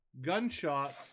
gunshots